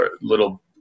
little